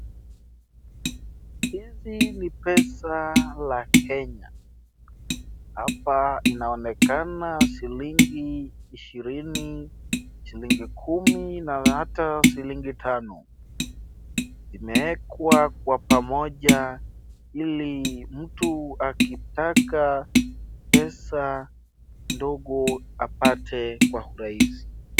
Hizi ni pesa la Kenya. Hapa inaonekana shilingi ishirini, shilingi kumi, na hata shilingi tano. Zimewekwa kwa pamoja ili mtu akitaka pesa dogo apate kwa urahisi.